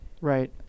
Right